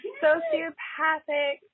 sociopathic